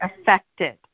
affected